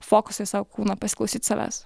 fokusą į savo kūną pasiklausyt savęs